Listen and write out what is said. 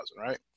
right